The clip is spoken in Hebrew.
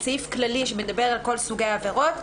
הוא סעיף כללי שמדבר על כל סוגי עבירות.